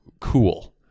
Cool